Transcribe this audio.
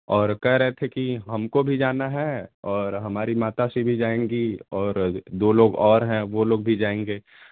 और कह रहे थे कि हमको भी जाना है और हमारी माता श्री भी जाएँगी और दो लोग और हैं वे लोग भी जाएँगे